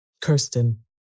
Kirsten